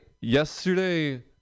yesterday